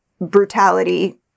brutality